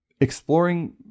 exploring